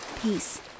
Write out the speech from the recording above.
peace